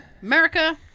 America